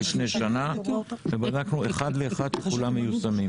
לפני שנה ובדקנו אחד לאחד שכולם מיושמים,